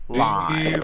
live